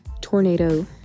tornado